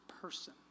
person